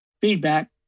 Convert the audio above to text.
feedback